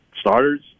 starters